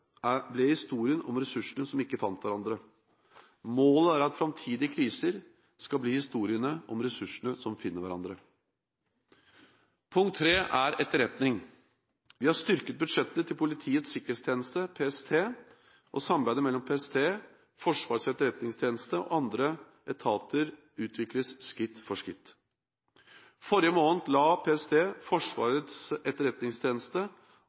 ble historien om ressursene som ikke fant hverandre. Målet er at framtidige kriser skal bli historiene om ressursene som finner hverandre. Punkt tre er etterretning. Vi har styrket budsjettene til Politiets sikkerhetstjeneste, PST, og samarbeidet mellom PST, Forsvarets etterretningstjeneste og andre etater utvikles skritt for skritt. Forrige måned la PST, Forsvarets etterretningstjeneste